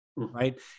right